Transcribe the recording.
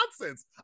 nonsense